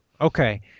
okay